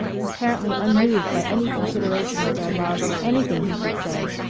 apparently unmoved by any consideration of their love or anything he could say.